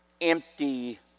empty